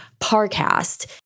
Parcast